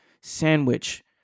sandwich